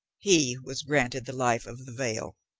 he was granted the life of the vale.